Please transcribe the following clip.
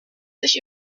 sich